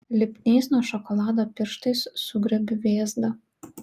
lipniais nuo šokolado pirštais sugriebiu vėzdą